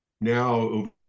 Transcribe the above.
now